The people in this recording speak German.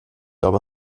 aber